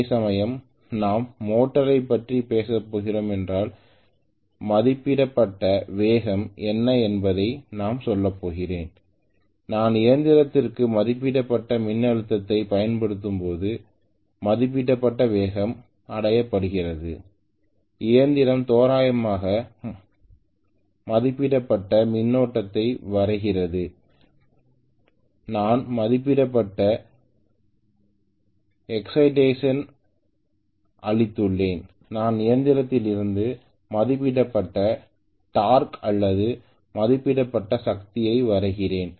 அதேசமயம் நாம் மோட்டரைப் பற்றி பேசப் போகிறோம் என்றால் மதிப்பிடப்பட்ட வேகம் என்ன என்பதை நான் சொல்லப் போகிறேன் நான் இயந்திரத்திற்கு மதிப்பிடப்பட்ட மின்னழுத்தத்தைப் பயன்படுத்தும்போது மதிப்பிடப்பட்ட வேகம் அடையப்படுகிறது இயந்திரம் தோராயமாக மதிப்பிடப்பட்ட மின்னோட்டத்தை வரைகிறது நான் மதிப்பிடப்பட்ட எங்சைட்டேசன் அளித்துள்ளேன் நான் இயந்திரத்திலிருந்து மதிப்பிடப்பட்ட டார்க் அல்லது மதிப்பிடப்பட்ட சக்தியை வரைகிறேன்